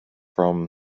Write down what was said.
from